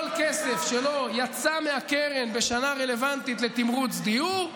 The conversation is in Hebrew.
כל כסף שלא יצא מהקרן בשנה הרלוונטית לתמרוץ דיור,